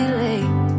late